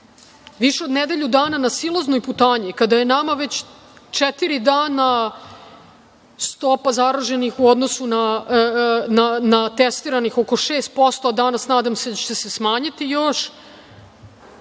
više od nedelju dana na silaznoj putanji, kada je nama već četiri dana stopa zaraženih u odnosu na broj testiranih oko 6%, a danas se nadam da će se smanjiti još